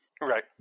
Right